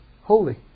holy